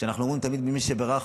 כשאנחנו אומרים "מי שבירך",